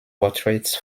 portraits